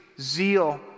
zeal